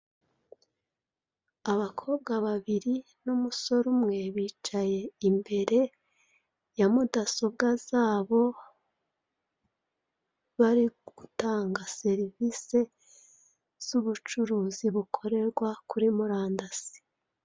Abakobwa babiri n'umusore umwe bicaye imbere ya mudasobwa zabo bari gukora ubucuruzi bukorerwa kuri murandasi.